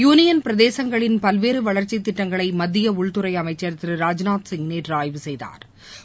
union பிரதேசங்களின் பல்வேறு வளர்ச்சி திட்டங்களை மத்திய உள்தறை அமைச்சர் திரு ராஜ்நாத் சிங் நேற்று ஆய்வு செய்தாா்